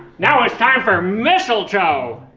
now it's time for mistletoe.